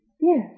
Yes